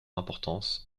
importance